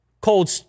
Cold